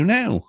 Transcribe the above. now